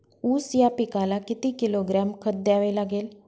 ऊस या पिकाला किती किलोग्रॅम खत द्यावे लागेल?